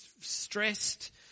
stressed